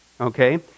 okay